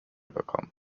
bekommen